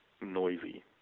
noisy